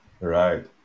right